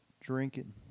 drinking